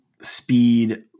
speed